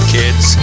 kids